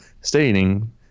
stating